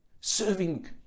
Serving